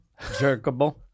Jerkable